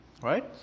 right